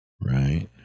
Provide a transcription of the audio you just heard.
Right